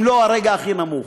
אם לא הרגע הכי נמוך.